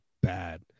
bad